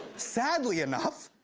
sadly enough,